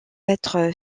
être